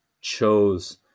chose